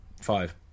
five